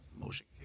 Motion